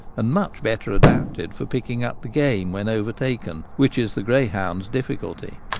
and much better adapted for picking up the game when overtaken, which is the greyhound's difficulty.